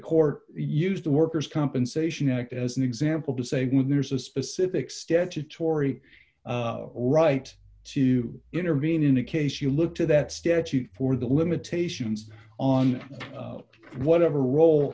court used the workers compensation act as an example to say when there's a specific statutory right to intervene in a case you look to that statute for the limitations on whatever role